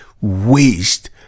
waste